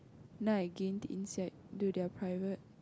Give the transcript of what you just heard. now I gain insight to their private